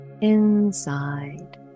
inside